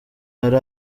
hari